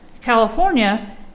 California